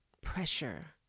pressure